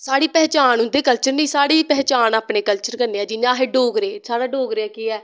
साढ़ी पैह्चान उंदे कल्चर नी साढ़ी पैह्चान अपने कल्चर कन्नै ऐ जियां अस डोगरे साढ़ा डोगरें दा केह् ऐ